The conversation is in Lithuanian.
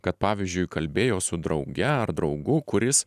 kad pavyzdžiui kalbėjo su drauge ar draugu kuris